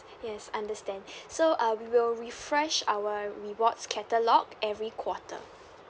yes understand so uh we will refresh our rewards catalogue every quarter